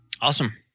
Awesome